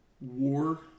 war